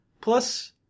Plus